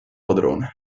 padrone